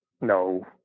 no